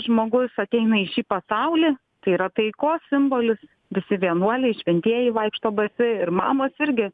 žmogus ateina į šį pasaulį tai yra taikos simbolis visi vienuoliai šventieji vaikšto basi ir mamos irgi